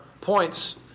points